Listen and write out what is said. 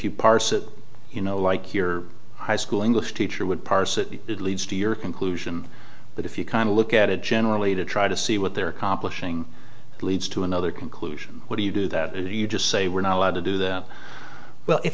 it you know like your high school english teacher would parse it it leads to your conclusion but if you kind of look at it generally to try to see what they're accomplishing it leads to another conclusion what do you do that you just say we're not allowed to do that well if